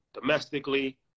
domestically